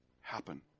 happen